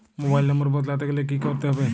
Mobile নম্বর বদলাতে গেলে কি করতে হবে?